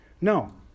No